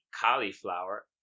cauliflower